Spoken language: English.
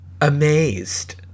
amazed